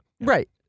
Right